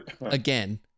again